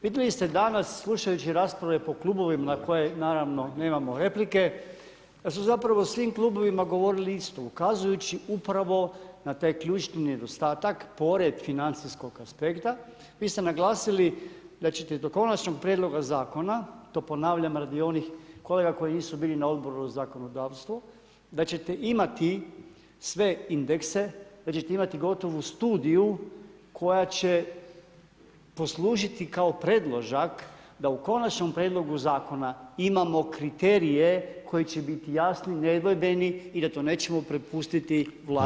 Vidjeli ste danas slušajući rasprave po klubovima na koje naravno nemamo replike, da su zapravo svim klubovima govorili isto ukazujući upravo na taj ključni nedostatak pored financijskog aspekta, vi ste naglasili da ćete do konačnog prijedloga zakona, to ponavljam radi onih kolega koji nisu bili na Odboru za zakonodavstvo, da ćete imati sve indekse da ćete imati gotovu studiju koja će poslužiti kao predložak da u konačnom prijedlogu zakona imamo kriterije koji će biti jasni, nedvojbeni i da to nećemo prepustiti Vladi na pravilniku.